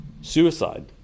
Suicide